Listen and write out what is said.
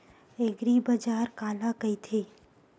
एग्रीबाजार काला कइथे?